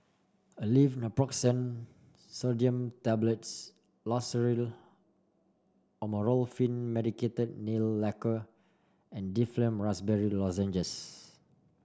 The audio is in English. Aleve Naproxen Sodium Tablets Loceryl Amorolfine Medicated Nail Lacquer and Difflam Raspberry Lozenges